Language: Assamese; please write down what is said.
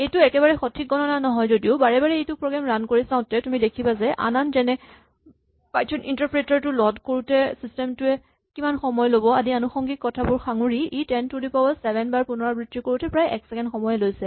এইটো একেবাৰে সঠিক গণনা নহয় যদিও বাৰে বাৰে এইটো প্ৰগ্ৰেম ৰান কৰি চাওঁতে তুমি দেখিবা যে আন আন যেনে পাইথন ইন্টাৰপ্ৰেটাৰ টো ল'ড কৰোঁতে ছিষ্টেম টোৱে কিমান সময় ল'ব আদি আনুসংগিক কথাবোৰ সাঙুৰি ই ten to the power seven বাৰ পুণৰাবৃত্তি কৰোঁতে প্ৰায় এক ছেকেণ্ড সময়েই লৈছে